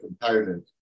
component